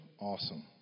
awesome